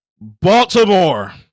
Baltimore